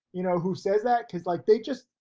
you know, who says that cause like they just,